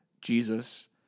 Jesus